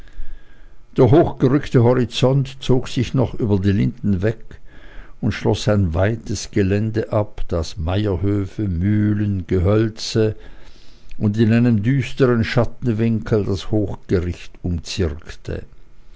der hochgerückte horizont zog sich noch über die linden weg und schloß ein weites gelände ab das meierhöfe mühlen gehölze und in einem düstern schattenwinkel das hochgericht